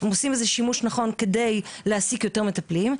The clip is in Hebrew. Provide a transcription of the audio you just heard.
הם עושים בזה שימוש נכון כדי להעסיק יותר מטפלים,